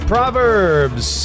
Proverbs